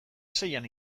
seian